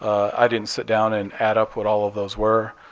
i didn't sit down and add up what all of those were,